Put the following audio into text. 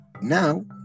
now